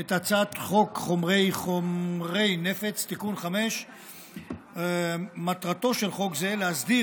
את הצעת חוק חומרי נפץ (תיקון מס' 5). מטרתו של חוק זה להסדיר